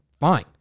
fine